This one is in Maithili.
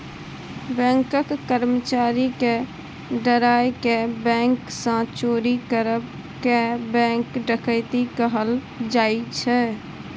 बैंकक कर्मचारी केँ डराए केँ बैंक सँ चोरी करब केँ बैंक डकैती कहल जाइ छै